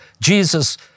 Jesus